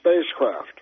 spacecraft